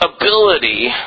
ability